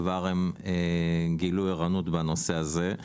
כבר גילו ערנות בנושא הזה;